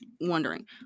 wondering